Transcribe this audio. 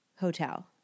hotel